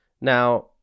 Now